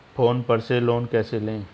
Phone पर से loan कैसे लें?